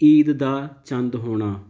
ਈਦ ਦਾ ਚੰਦ ਹੋਣਾ